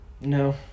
No